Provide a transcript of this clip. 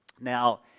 Now